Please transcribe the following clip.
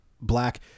black